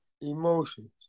Emotions